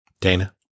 Dana